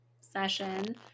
session